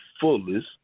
fullest